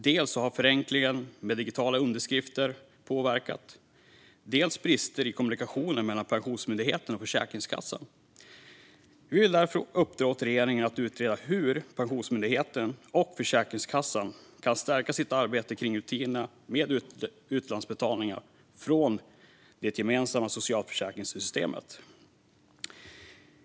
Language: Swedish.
Dels har förenklingen med digitala underskrifter påverkat, dels förekommer brister i kommunikationen mellan Pensionsmyndigheten och Försäkringskassan. Vi vill därför uppdra åt regeringen att utreda hur Pensionsmyndigheten och Försäkringskassan kan stärka sitt arbete kring rutinerna med utlandsbetalningar från det gemensamma socialförsäkringssystemet.